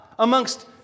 Amongst